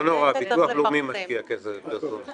לא נורא, ביטוח לאומי משקיע כסף בפרסום.